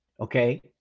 Okay